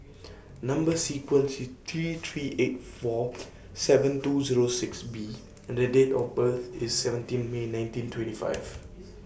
Number sequence IS T three eight four seven two Zero six B and The Date of birth IS seventeen May nineteen twenty five